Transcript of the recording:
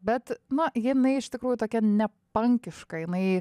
bet nu jinai iš tikrųjų tokia ne pankiška jinai